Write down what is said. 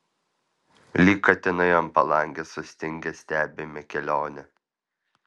lyg katinai ant palangės sustingę stebime kelionę